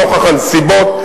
לנוכח הנסיבות,